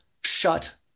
shut